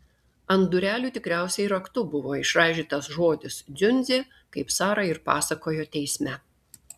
ant durelių tikriausiai raktu buvo išraižytas žodis dziundzė kaip sara ir pasakojo teisme